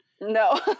No